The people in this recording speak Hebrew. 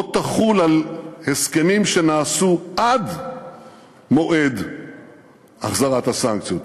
תחול על הסכמים שנעשו עד מועד החזרת הסנקציות.